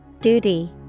Duty